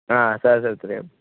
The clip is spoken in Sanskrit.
आ सहस्र त्रयम्